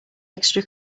extra